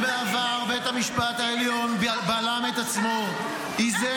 לפני זה גם אותך קראתי לסדר